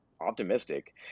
optimistic